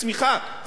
צמיחה שלילית,